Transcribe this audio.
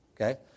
Okay